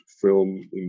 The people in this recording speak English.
film